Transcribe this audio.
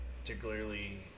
particularly